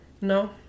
no